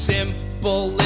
Simple